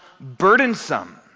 burdensome